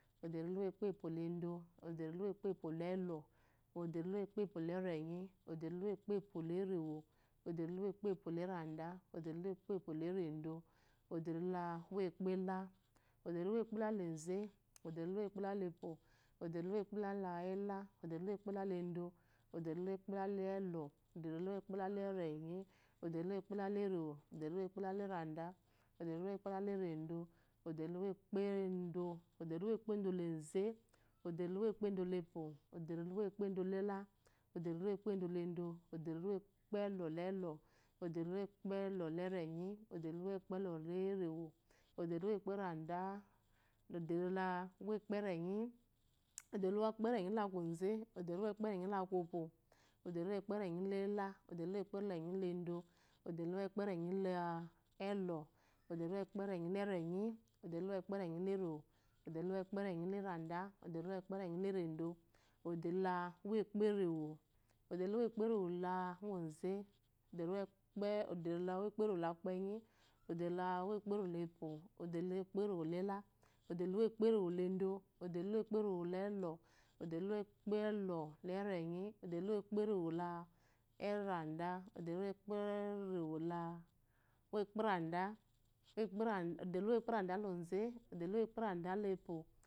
Oderilumkpepwoledo, oderluwoekpeplelɔ odariluwekpepwolerenyi, oderluwopqmolerewo odariluwoekpepmolerade, odluekpepworedo, oderiluwekpele, odariluwekpaleze oddariluwomepelepw, odaniluwoekpelatela odarilumoekpelaledo, odaluywo ekpellelɔ odaluwoekpelaletenyi, odarilmmoekpalaluwo, odanilu ekpelare odanilumekpela leredo oduluw erekpedo, oderiluwekpedoze odariluwoekedolepwo, odanilumepedolela, odariluwepedoledo, oderilumepelolelɔ, oderilumekpetɔlerenyi, odarilumregpe lɔleremo oderiluwokpe rada oderiluwoekperany odrilurekpetenyida oderihewekpetentakopoyo odriluwekperenyilada, odarilumekperenyiledo, odrilumoekperenyilel odanlumeekpeenyilerenyi, odanilumoekperenyiyileremo, odarilumo kperenyilereda, odarrilumokperenyileredo, oderilukperewo, odarilumkperemoze odritawkperewoleku kenyi odnilurokperelepro, odarilumo ekpernolala, odarilumoperelado odaniluwekperewolelɔ odriluwokpelerenyi odarilumokre lera odaiyuwokyerewole lumokpereda. uwkperada, uwkparade leze umkpralalepwo